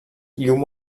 llum